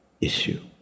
issue